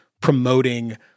promoting